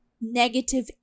negative